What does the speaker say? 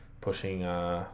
pushing